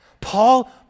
Paul